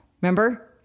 Remember